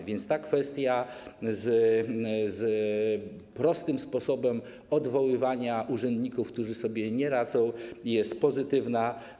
A więc ta kwestia związana z prostym sposobem odwoływania urzędników, którzy sobie nie radzą, jest pozytywna.